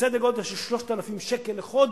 בסדר גודל של 3,000 שקל לחודש.